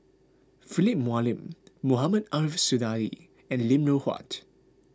Philip Hoalim Mohamed Ariff Suradi and Lim Loh Huat